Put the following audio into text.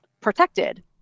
protected